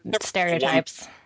stereotypes